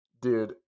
dude